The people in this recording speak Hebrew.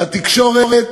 הציבור?